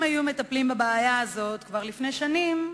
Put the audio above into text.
אם היו מטפלים בבעיה הזאת כבר לפני שנים,